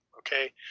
okay